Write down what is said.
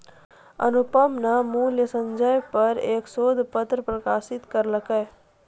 अनुपम न मूल्य संचय पर एक शोध पत्र प्रकाशित करलकय